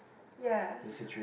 ya